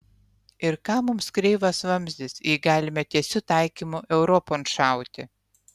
ir kam mums kreivas vamzdis jei galime tiesiu taikymu europon šauti